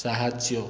ସାହାଯ୍ୟ